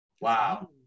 Wow